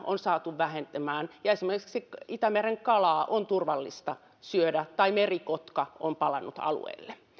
on saatu vähentymään ja esimerkiksi itämeren kalaa on turvallista syödä ja merikotka on palannut alueelle